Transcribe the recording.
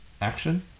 action